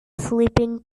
sleeping